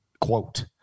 Quote